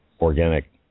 organic